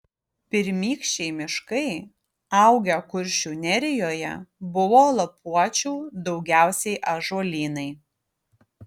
pirmykščiai miškai augę kuršių nerijoje buvo lapuočių daugiausiai ąžuolynai